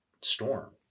storm